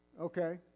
Okay